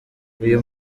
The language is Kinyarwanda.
uyu